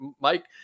Mike